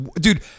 dude